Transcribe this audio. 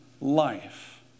life